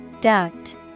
Duct